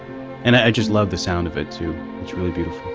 and i just love the sound of it too. it's really beautiful